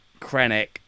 Krennic